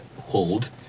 hold